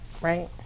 Right